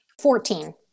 fourteen